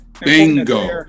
Bingo